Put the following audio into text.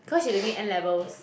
cause she taking N-levels